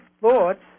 thoughts